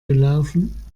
gelaufen